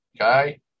okay